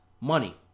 money